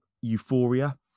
euphoria